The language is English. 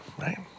right